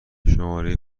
شماره